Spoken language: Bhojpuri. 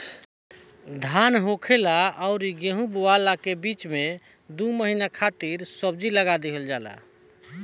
धान होखला अउरी गेंहू बोअला के बीच में दू महिना खातिर सब्जी लगा दिहल जाला